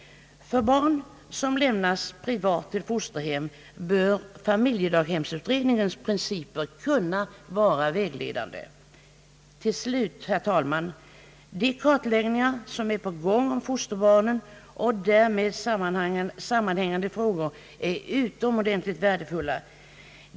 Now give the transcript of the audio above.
För barn som lämnas privat till fosterhem bör familjedaghemsutredningens principer kunna vara vägledande. Herr talman! De kartläggningar som pågår om fosterbarnen och därmed sammanhängande frågor är utomordentligt värdefulla.